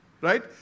right